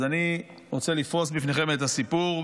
אז אני רוצה לפרוס בפניכם את הסיפור,